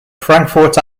frankfurt